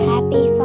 Happy